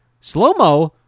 Slow-mo